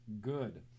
good